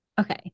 okay